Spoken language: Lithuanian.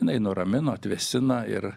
jinai nuramino atvėsina ir